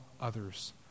others